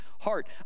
heart